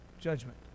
judgment